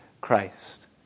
Christ